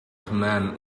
command